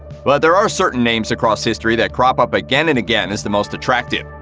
but there are certain names across history that crop up again and again as the most attractive.